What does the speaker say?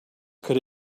could